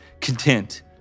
content